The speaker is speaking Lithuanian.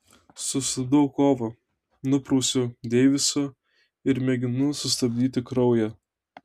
sustabdau kovą nuprausiu deivisą ir mėginu sustabdyti kraują